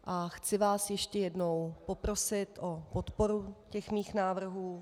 A chci vás ještě jednou poprosit o podporu mých návrhů.